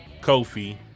kofi